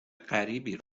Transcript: غریبی